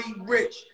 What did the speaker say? rich